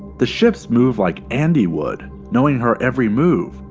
the ships move like andi would. knowing her every move.